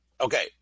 Okay